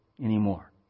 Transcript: anymore